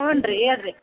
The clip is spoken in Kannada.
ಹ್ಞೂ ರೀ ಹೇಳ್ ರೀ